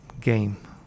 game